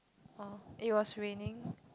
oh it was raining